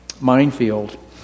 minefield